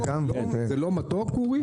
זה לא מתוק, אורי?